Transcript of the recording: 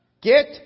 get